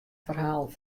ferhalen